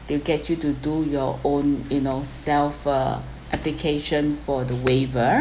they will get you to do your own you know self uh application for the waiver